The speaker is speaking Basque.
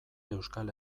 euskal